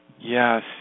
Yes